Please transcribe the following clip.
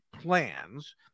plans